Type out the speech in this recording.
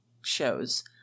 shows